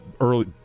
early